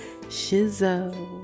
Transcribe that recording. Shizzo